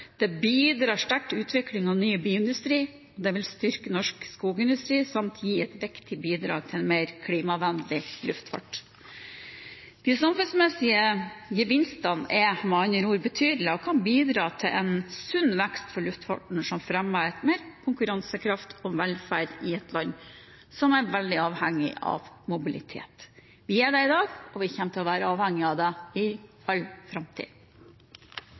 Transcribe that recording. Det bidrar sterkt til utvikling av ny bioindustri. Det vil styrke norsk skogindustri samt gi et viktig bidrag til en mer klimavennlig luftfart. De samfunnsmessige gevinstene er med andre ord betydelige og kan bidra til en sunn vekst for luftfarten, som fremmer konkurransekraft og velferd i et land som er veldig avhengig av mobilitet. Vi er det i dag, og vi kommer til å være avhengig av det i all framtid.